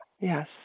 yes